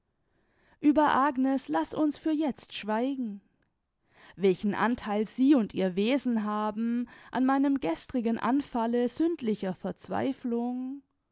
ueber agnes laß uns für jetzt schweigen welchen antheil sie und ihr wesen haben an meinem gestrigen anfalle sündlicher verzweiflung